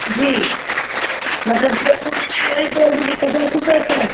कुछ भी मतलब जो मुँह में आए वही बोल दोगी पचास रुपये चाट